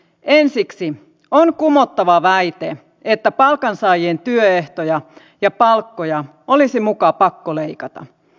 ensiksi on kumottava väite että palkansaajien työehtoja ja palkkoja olisi muka pakko leikata